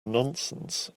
nonsense